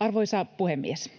Arvoisa puhemies!